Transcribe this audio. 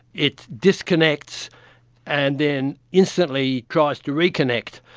it disconnects and then instantly tries to reconnect,